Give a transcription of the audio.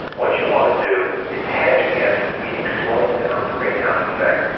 what you want to do is hedge against, meaning slowing down the greenhouse effect,